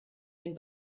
den